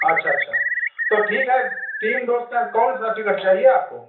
अच्छा अच्छा तो ठीक है तीन दोस्त हैं कौन सा टिकट चाहिए आपको